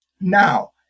Now